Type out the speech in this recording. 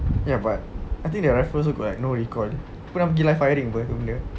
ya but I think their rifles also like no recall aku pernah pergi live firing [pe] tu benda